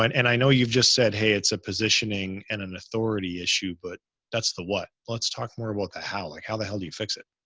and and i know you've just said, hey, it's a positioning and an authority issue, but that's the what. let's talk more about the how. like how the hell do you fix it?